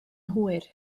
hwyr